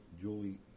Julie